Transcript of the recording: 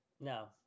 No